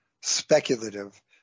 speculative